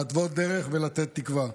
להתוות דרך ולתת תקווה.